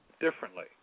differently